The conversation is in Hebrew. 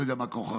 לא יודע מה כוחך.